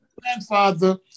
grandfather